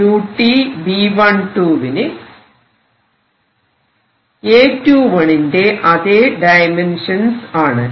uTB12 വിന് A21 ന്റെ അതെ ഡയമെൻഷൻസ് ആണ്